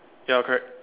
ya correct